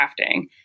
crafting